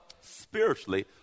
Spiritually